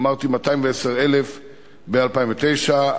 אמרתי: 210,000 ב-2009,